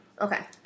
Okay